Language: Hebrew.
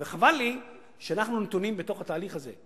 וחבל לי שאנחנו נתונים בתוך התהליך הזה.